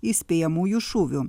įspėjamųjų šūvių